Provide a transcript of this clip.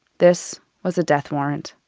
this was a death warrant.